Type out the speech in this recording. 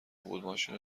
بود، ماشینو